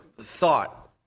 thought